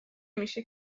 میشه